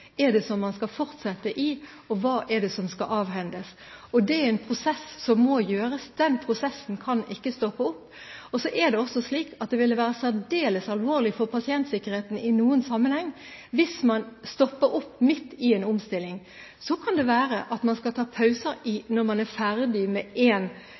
og hvilke bygg man skal fortsette i, og hva det er som skal avhendes. Det er en prosess som må gjøres. Den prosessen kan ikke stoppe opp. Det ville være særdeles alvorlig for pasientsikkerheten i noen sammenhenger hvis man stopper opp midt i en omstilling. Så kan det være at man skal ta pauser når man er ferdig med